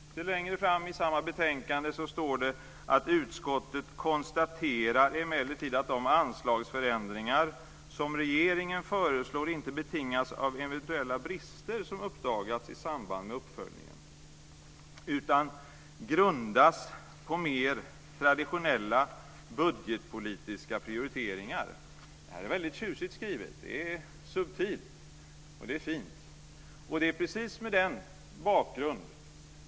Lite längre fram i samma betänkande står det: "Utskottet konstaterar emellertid att de anslagsförändringar som regeringen föreslår inte betingas av eventuella brister som uppdagats i samband med uppföljningen, utan grundas på mer traditionella budgetpolitiska prioriteringar." Detta är väldigt tjusigt skrivet. Det är subtilt, och det är fint. Fru talman!